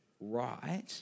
right